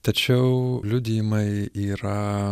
tačiau liudijimai yra